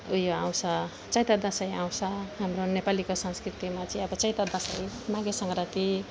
ऊ यो आउँछ चैते दसैँ आउँछ हाम्रो नेपालीको संस्कृतिमा चाहिँ अब चैते दसैँ माघे सङ्क्रान्ति